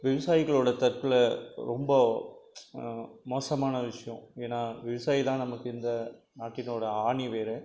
விவசாயிகளோடய தற்கொலை ரொம்ப மோசமான விஷயம் ஏன்னால் விவசாயி தான் நமக்கு இந்த நாட்டினோடய ஆணிவேர்